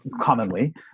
commonly